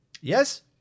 Yes